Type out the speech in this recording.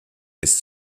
ist